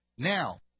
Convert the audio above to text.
Now